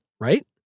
right